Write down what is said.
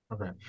Okay